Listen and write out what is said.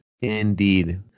Indeed